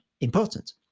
important